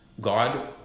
God